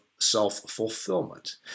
self-fulfillment